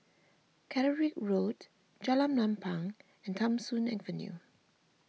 Caterick Road Jalan Ampang and Tham Soong Avenue